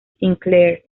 sinclair